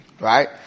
Right